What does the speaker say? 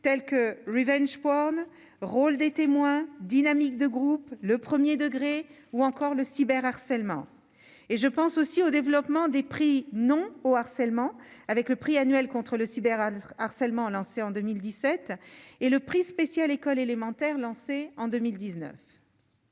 telles que Revenge porn rôle des témoins dynamique de groupe, le 1er degré ou encore le cyber harcèlement et je pense aussi au développement des prix non au harcèlement avec le prix annuel contre le cyber harcèlement lancée en 2017 et le prix spécial écoles élémentaires, lancée en 2019.